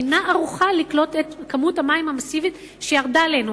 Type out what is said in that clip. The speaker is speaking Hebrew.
אינה ערוכה לקלוט את כמות המים המסיבית שירדה עלינו.